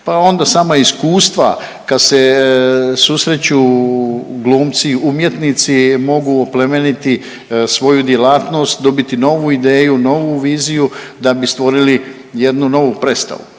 Pa onda sama iskustava kad se susreću glumci, umjetnici mogu oplemeniti svoju djelatnost, dobiti novu ideju, novu viziju da bi stvorili jednu novu predstavu.